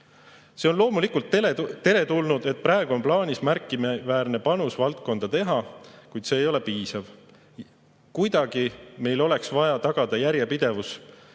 See on loomulikult teretulnud, et praegu on plaanis märkimisväärne panus valdkonda teha, kuid see ei ole piisav. Kuidagi meil oleks vaja tagada järjepidevus.